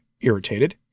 irritated